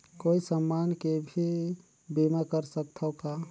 कोई समान के भी बीमा कर सकथव का?